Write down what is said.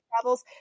travels